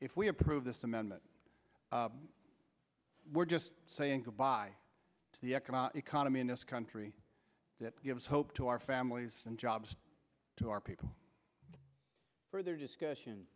if we approve this amendment we're just saying goodbye to the economic economy in this country that gives hope to our families and jobs to our people further discussion